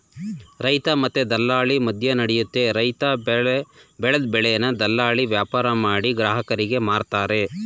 ರೈತ ಮತ್ತೆ ದಲ್ಲಾಳಿ ಮದ್ಯನಡಿಯುತ್ತೆ ರೈತ ಬೆಲ್ದ್ ಬೆಳೆನ ದಲ್ಲಾಳಿ ವ್ಯಾಪಾರಮಾಡಿ ಗ್ರಾಹಕರಿಗೆ ಮಾರ್ತರೆ